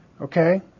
Okay